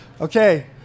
Okay